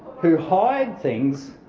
who hide things,